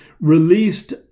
released